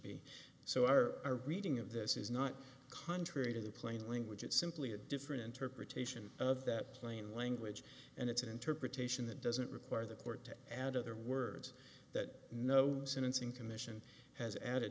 our reading of this is not contrary to the plain language it's simply a different interpretation of that plain language and it's an interpretation that doesn't require the court to add other words that no sentencing commission has added